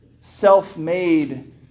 self-made